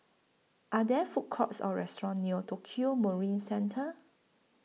Are There Food Courts Or restaurants near Tokio Marine Centre